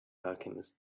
alchemist